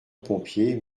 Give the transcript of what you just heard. pompier